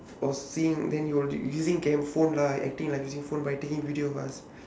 or seeing then he holding using cam~ phone lah I think like using phone by taking video of us